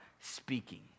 speaking